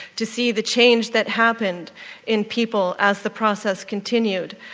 to see the change that happened in people as the process continued,